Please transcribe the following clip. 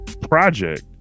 project